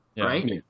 right